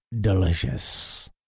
delicious